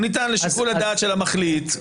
הוא ניתן לשיקול הדעת של המחליט,